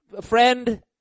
friend